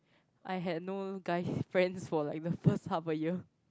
I had no guys friends for like the first half a year